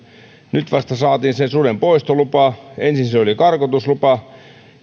nyt vasta saatiin sen suden poistolupa ensin se oli karkotuslupa